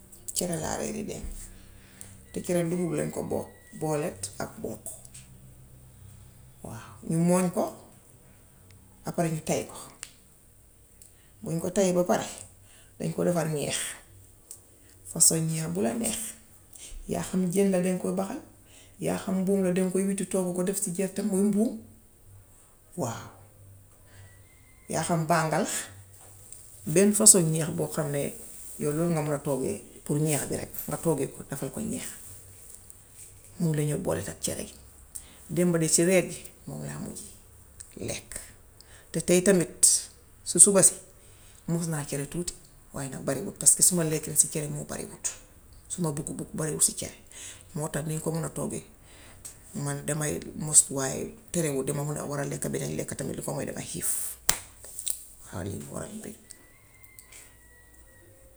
Cere laa reere démb, te cere dugub lañ ko bo booleel ak mboq, waaw. Ñu mooñ ko ba pare ñu tay ko. Buñ ko tayee ba pare dañ ko defar ñeex façon ñeex bu la neex; yaa xam jën la daŋ koy baxal, yaa xam mbuum la daŋ koy witt, toggu ko def si gerte muy mbuum waaw. Yaa xam bànga la, benn façon ñeex boo xam ne yaw loolu nga man a toggee pour ñeex bi rekk nga toggee ko defal ko ñeex. Moom lañuy booleet ak cere. Démb de cere ji moom laa mujje lekk. Te tay tamit, si suba si mos naa cere tuuti waaye nag bariwul paska suma lekke si cere moo bariwut. Suma bugg-bugg bariwul si cere moo tax niè ko man a togge man damay mus waaye terewul duma war a man a lekka beneen lekka lu ko moy damay xiif. Waaw lii moo waral mbir.